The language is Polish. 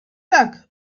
tak